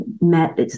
met